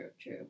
true